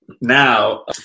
now